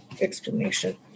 explanation